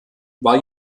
war